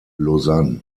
lausanne